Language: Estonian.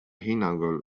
hinnangul